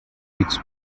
its